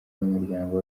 n’umuryango